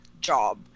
job